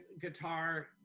guitar